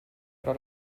era